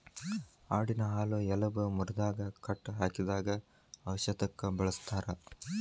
ಆಡಿನ ಹಾಲು ಎಲಬ ಮುರದಾಗ ಕಟ್ಟ ಹಾಕಿದಾಗ ಔಷದಕ್ಕ ಬಳಸ್ತಾರ